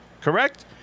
Correct